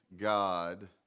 God